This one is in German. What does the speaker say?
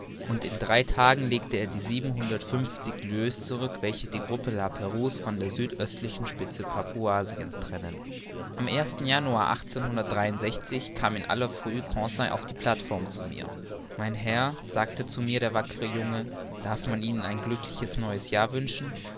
und in drei tagen legte er die siebenhundertundfünfzig lieues zurück welche die gruppe la prouse von der südöstlichen spitze papuasiens trennen am januar kam in aller früh conseil auf die plateform zu mir mein herr sagte zu mir der wackere junge darf man ihnen ein glückliches neues jahr wünschen